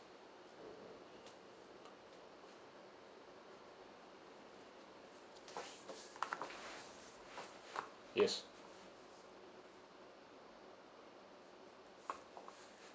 yes